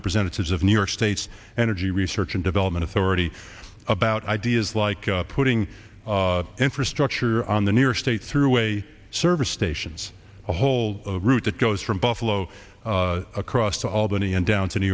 representatives of new york state's energy research and development authority about ideas like putting infrastructure on the new york state thruway service stations a whole route that goes from buffalo across to albany and down to new